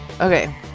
Okay